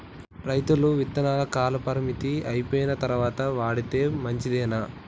రైతులు విత్తనాల కాలపరిమితి అయిపోయిన తరువాత వాడితే మంచిదేనా?